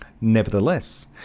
Nevertheless